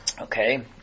Okay